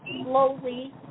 slowly